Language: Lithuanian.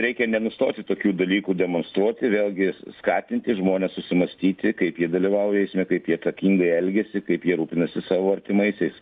reikia nenustoti tokių dalykų demonstruoti vėlgi skatinti žmones susimąstyti kaip jie dalyvauja eisme kaip jie atsakingai elgiasi kaip jie rūpinasi savo artimaisiais